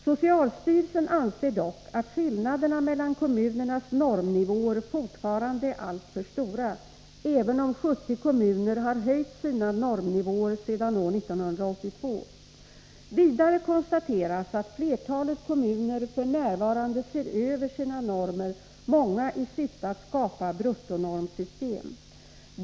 Socialstyrelsen anser dock att skillnaderna mellan kommunernas normivåer fortfarande är alltför stora, även om 70 kommuner har höjt sina normnivåer sedan år 1982. Vidare konstateras att flertalet kommuner f. n. ser över sina normer, många i syfte att skapa bruttonormsystem.